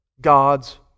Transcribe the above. God's